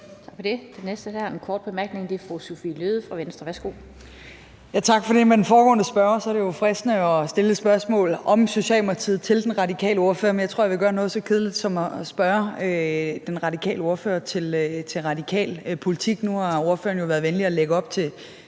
fra Venstre. Værsgo. Kl. 13:41 Sophie Løhde (V): Tak for det. I forhold til den foregående spørger er det jo fristende at stille det spørgsmål om Socialdemokratiet til den radikale ordfører, men jeg tror, jeg vil gøre noget så kedeligt som at spørge den radikale ordfører om radikal politik. Nu har ordføreren jo været så venlig at lægge op til